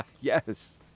Yes